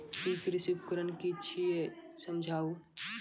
ई कृषि उपकरण कि छियै समझाऊ?